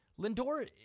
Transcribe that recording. Lindor